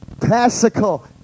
classical